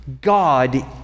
God